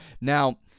Now